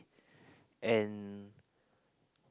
and